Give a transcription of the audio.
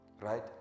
right